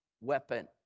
weapon